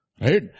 Right